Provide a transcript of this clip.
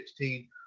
2016